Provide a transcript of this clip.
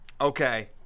Okay